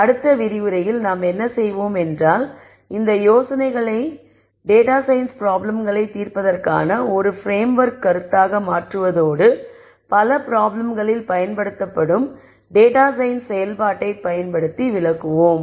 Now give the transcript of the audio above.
அடுத்த விரிவுரையில் நாம் என்ன செய்வோம் என்றால் இந்த சில யோசனைகளை டேட்டா சயின்ஸ் பிராப்ளம்களை தீர்ப்பதற்கான ஒரு பிரேம்ஓர்க் கருத்தாக மாற்றுவதோடு பல ப்ராப்ளம்களில் பயன்படுத்தப்படும் டேட்டா சயின்ஸ் செயல்பாட்டைப் பயன்படுத்தி விளக்குகிறேன்